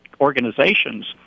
organizations